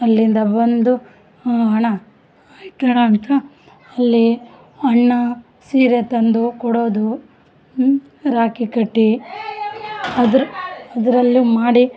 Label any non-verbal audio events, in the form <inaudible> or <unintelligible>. ಅಲ್ಲಿಂದ ಬಂದು ಅಣ್ಣ <unintelligible> ಅಂತ ಅಲ್ಲೀ ಅಣ್ಣ ಸೀರೆ ತಂದು ಕೊಡೋದು ರಾಕಿ ಕಟ್ಟಿ ಅದ್ರ ಅದರಲ್ಲಿ ಮಾಡಿ